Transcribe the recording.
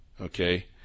Okay